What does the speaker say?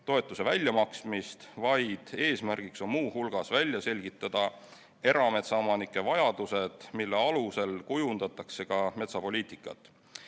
toetuse väljamaksmist, vaid eesmärk on muu hulgas välja selgitada erametsaomanike vajadused, mille alusel kujundatakse ka metsapoliitikat.